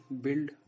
build